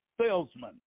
salesman